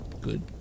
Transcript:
Good